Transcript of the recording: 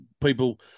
people